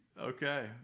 Okay